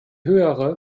höhere